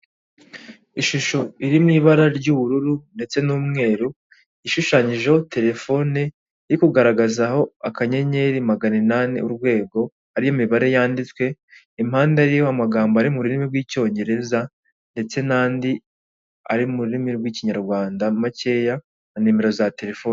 Ishusho iri mu ibara ry'ubururu ndetse n'umweru ishushanyijeho telefone iri kugaragazaho akanyenyeri maganinani urwego hari imibare yanditswe impande hariho amagambo ari mu rurimi rw'icyongereza ndetse n'andi ari mu ururimi rw'ikinyarwanda makeya na nimero za telefoni.